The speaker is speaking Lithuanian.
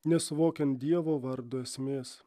nesuvokiant dievo vardo esmės